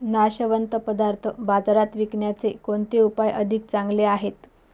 नाशवंत पदार्थ बाजारात विकण्याचे कोणते उपाय अधिक चांगले आहेत?